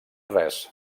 res